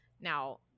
Now